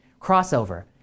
Crossover